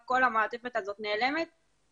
בשוק הפרטי או כלכלת ישראל נוגעת לשוק הפרטי,